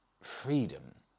freedom